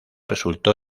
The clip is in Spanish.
resultó